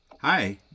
Hi